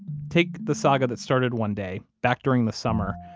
take the saga that started one day, back during the summer,